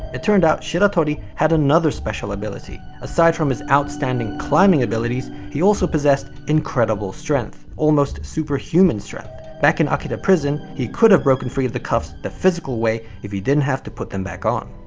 it turned out shiratori had another special ability. aside from his outstanding climbing abilities, he also possessed incredible strength, almost superhuman strength. back in akita prison he could have broken free of the cuffs the physical way if he didn't have to put them back on.